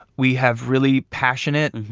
we have really passionate,